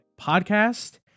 podcast